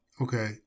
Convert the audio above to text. Okay